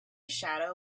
shadow